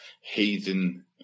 heathen